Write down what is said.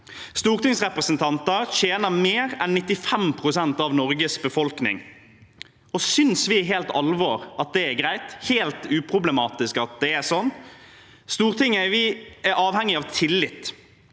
Stortingsrepresentanter tjener mer enn 95 pst. av Norges befolkning. Synes vi helt på alvor at det er greit, at det er helt uproblematisk at det er sånn? Stortinget er avhengig av tillit.